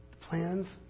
plans